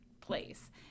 place